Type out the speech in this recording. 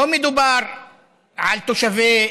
לא מדובר על תושבי